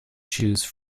choose